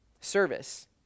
service